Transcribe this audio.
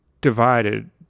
divided